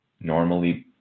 normally